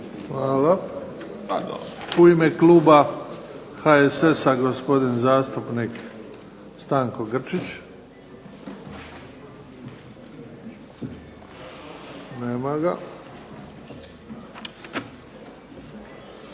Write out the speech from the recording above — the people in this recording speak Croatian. Hvala. U ime kluba HSS-a gospodin zastupnik Stanko Grčić. Nema ga.